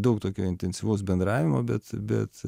daug tokio intensyvaus bendravimo bet bet